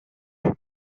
vue